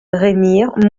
remire